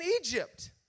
Egypt